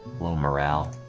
low morale